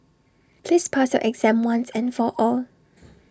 please pass your exam once and for all